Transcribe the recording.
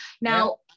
Now